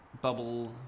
bubble